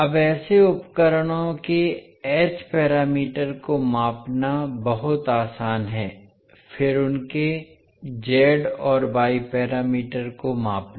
अब ऐसे उपकरणों के एच पैरामीटर को मापना बहुत आसान है फिर उनके जेड और वाई पैरामीटर को मापना